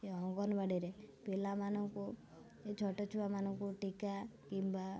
ଏ ଅଙ୍ଗନବାଡ଼ିରେ ପିଲାମାନଙ୍କୁ ଏ ଛୋଟ ଛୁଆମାନଙ୍କୁ ଟୀକା କିମ୍ବା